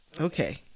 Okay